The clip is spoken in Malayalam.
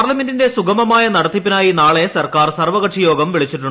പാർലമെന്റിന്റെ സ്സ്ഗമമായ നടത്തിപ്പിനായി നാളെ സർക്കാർ സർവ കക്ഷിയോഗം വിളീച്ചു